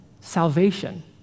salvation